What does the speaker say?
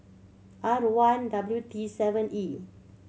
R one W T seven E